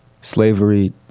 slavery